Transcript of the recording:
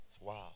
Wow